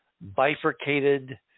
bifurcated